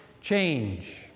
change